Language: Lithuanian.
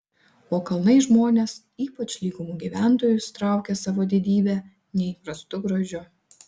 o kalnai žmones ypač lygumų gyventojus traukia savo didybe neįprastu grožiu